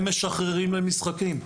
הם משחררים למשחקים.